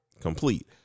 Complete